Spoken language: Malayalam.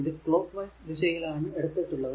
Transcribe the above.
ഇത് ക്ലോക്ക് വൈസ് ദിശയിൽ ആണ് എടുത്തിട്ടുള്ളത്